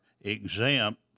exempt